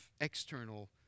external